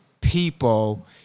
people